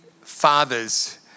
fathers